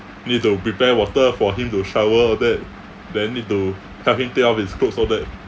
need to prepare water for him to shower all that then need to help him take out his clothes all that